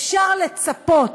אפשר לצפות